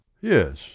Yes